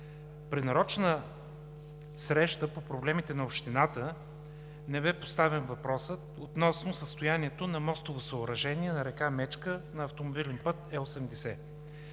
При нарочна среща по проблемите на общината, не бе поставен въпросът относно състоянието на мостово съоръжение на река Мечка на автомобилен път Е-80.